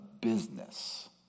business